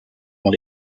dans